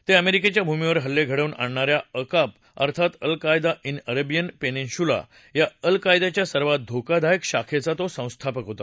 ते अमेरिकेच्या भूमीवर हल्ले घडवून आणणाऱ्या अकाप अर्थात अल कायदा िने अरेबियन पेनिन्शुला या अल कायदाच्या सर्वात धोकादायक शाखेचा तो संस्थापक होता